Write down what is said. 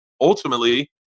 ultimately